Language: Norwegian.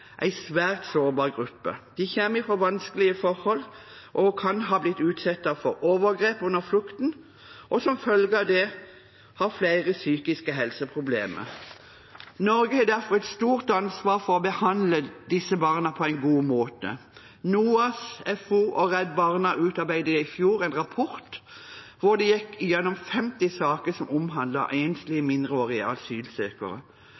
svært sårbar gruppe. De kommer fra vanskelige forhold og kan ha blitt utsatt for overgrep under flukten og som følge av det ha flere psykiske helseproblemer. Norge har derfor et stort ansvar for å behandle disse barna på en god måte. NOAS, FO og Redd Barna utarbeidet i fjor en rapport hvor de gikk gjennom 50 saker som omhandler enslige